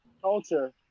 culture